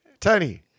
Tony